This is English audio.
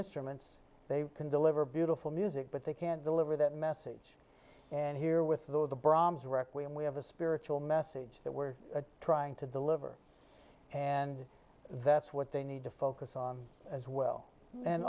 instruments they can deliver beautiful music but they can't deliver that message and here with the the brahms requiem we have a spiritual message that we're trying to deliver and that's what they need to focus on as well and